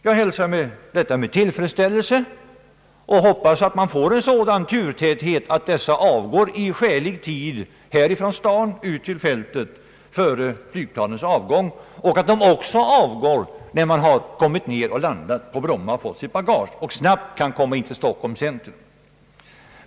Jag hälsar detta med tillfredsställelse och hoppas att man får en sådan turtäthet att bussarna avgår i skälig tid från staden ut till flygfältet före flygplanens avgång och att de också avgår från Bromma när man landat där och fått sitt bagage, så att man snabbt kan komma in till Stockholms centrum.